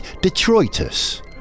Detroitus